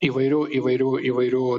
įvairių įvairių įvairių